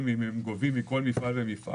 אם הם גובים את המס מכל מפעל ומפעל.